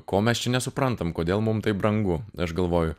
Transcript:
ko mes čia nesuprantam kodėl mum taip brangu aš galvoju